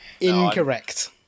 Incorrect